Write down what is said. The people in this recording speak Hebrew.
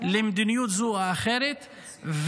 למדיניות זו או אחרת.